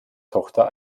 tochter